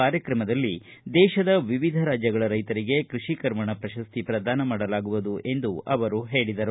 ಕಾರ್ಯಕ್ರಮದಲ್ಲಿ ದೇಶದ ವಿವಿಧ ರಾಜ್ಯಗಳ ರೈತರಿಗೆ ಕೃಷಿ ಕರ್ಮಣ್ ಪ್ರಶಸ್ತಿ ಪ್ರದಾನ ಮಾಡಲಾಗುವುದು ಎಂದು ಹೇಳಿದರು